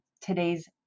today's